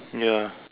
ya